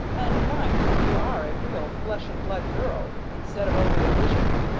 and to find that you are a real flesh-and-blood girl, instead of only a vision,